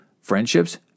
friendships